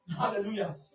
hallelujah